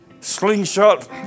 Slingshot